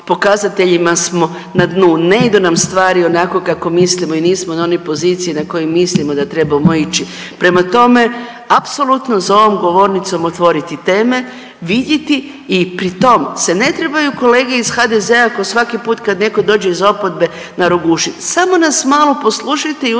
pokazateljima smo na dnu, ne idu nam stvari onako kako mislimo i nismo na onoj poziciji na koju mislimo da trebamo ići. Prema tome, apsolutno za ovom govornicom otvoriti teme, vidjeti i pri tom se ne trebaju kolege iz HDZ-a ko svaki put kad netko dođe iz oporbe narogušit, samo nas malo poslušajte i